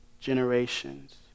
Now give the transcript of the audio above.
generations